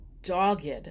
Dogged